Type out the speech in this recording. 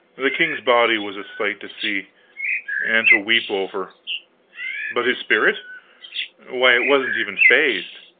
the king's body was a sight to see and to weep over but his spirit why, it wasn't even phased.